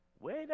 Wait